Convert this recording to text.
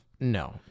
No